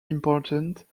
important